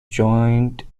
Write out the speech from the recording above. joined